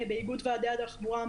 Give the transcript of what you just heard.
באיגוד ועדי התחבורה,